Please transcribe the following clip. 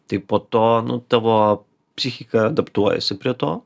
taip po to nu tavo psichika adaptuojasi prie to